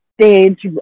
stage